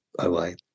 OI